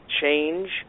change